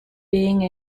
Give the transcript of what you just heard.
being